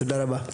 תודה רבה.